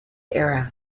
era